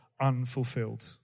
unfulfilled